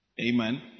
Amen